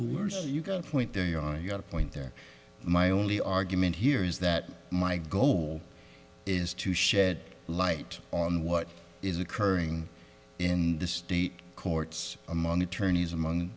are you go point there you are you got a point there my only argument here is that my goal is to shed light on what is occurring in the state courts among attorneys among